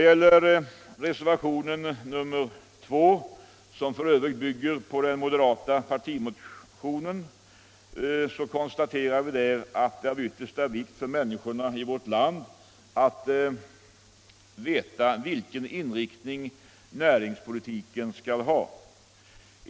I reservationen 2, som bygger på den moderata partimotionen, konstateras att det är av yttersta vikt för människorna här i landet att veta vilken inriktning näringspolitiken skall ha.